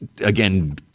again